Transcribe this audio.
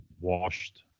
washed